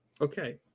Okay